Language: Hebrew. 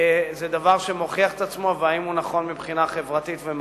זה דבר שמוכיח את עצמו ואם הוא נכון מבחינה חברתית ומעשית.